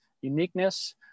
uniqueness